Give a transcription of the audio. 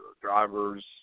drivers